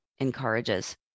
encourages